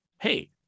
hey